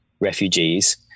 refugees